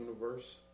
universe